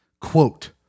quote